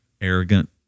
arrogant